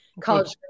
college